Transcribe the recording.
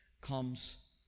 comes